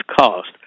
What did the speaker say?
cost